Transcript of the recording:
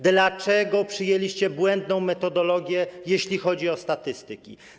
Dlaczego przyjęliście błędną metodologię, jeżeli chodzi o statystyki?